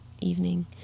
evening